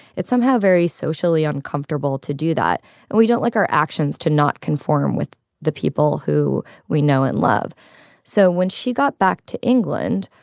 it's somehow very socially uncomfortable to do that. and we don't like our actions to not conform with the people who we know and love so when she got back to england,